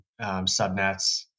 subnets